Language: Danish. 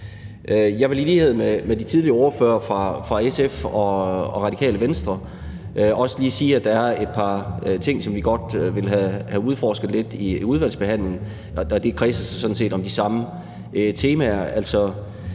Jeg vil i lighed med de tidligere ordførere fra SF og Radikale Venstre sige, at der er et par ting, som vi godt vil have udforsket lidt i udvalgsbehandlingen. Det kredser sådan set om de samme temaer.